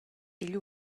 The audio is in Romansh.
egl